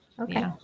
Okay